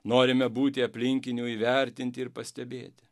norime būti aplinkinių įvertinti ir pastebėti